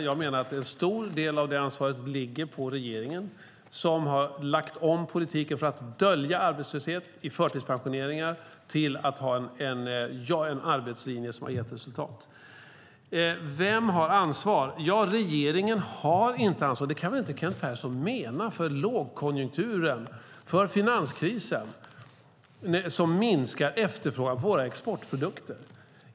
Jag menar att en stor del av det ansvaret ligger på regeringen, som har lagt om politiken från att dölja arbetslöshet i förtidspensioneringar till att ha en arbetslinje som har gett resultat. Vem har ansvar? Ja, regeringen har inte ansvar - det kan väl inte Kent Persson mena - för lågkonjunkturen eller för finanskrisen, som minskar efterfrågan på våra exportprodukter.